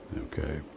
Okay